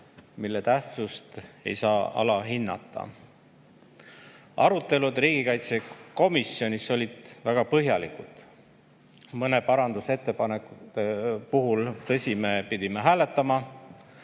mille tähtsust ei saa alahinnata. Arutelud riigikaitsekomisjonis olid väga põhjalikud. Mõne parandusettepaneku puhul, tõsi, me pidime hääletama,